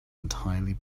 entirely